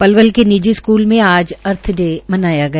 पलवल के निजी स्कूल मे आज अर्थ डे मनाया गया